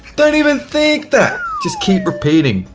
don't even think that just keep repeating,